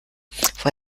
vor